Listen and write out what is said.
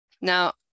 Now